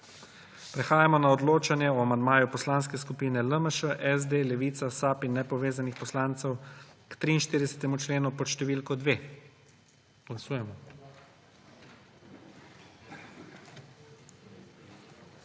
Prehajamo na odločanje o amandmaju poslanskih skupin LMŠ, SD, Levica, SAB in nepovezanih poslancev k 43. členu pod številko